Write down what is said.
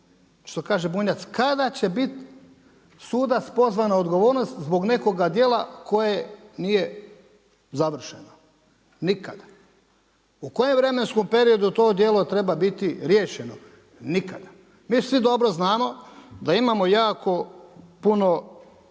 što kaže Bunjac, kada će biti sudac pozvan na odgovornost zbog nekoga djela koje nije završeno? Nikada. U kojem vremenskom periodu to djelo treba biti riješeno? Nikada. Mi svi dobro znamo da imamo jako puno